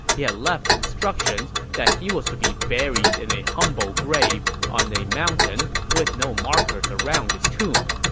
he had left instructions that he was to be buried in a humble grave on a mountain with no markers around his tomb.